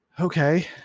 Okay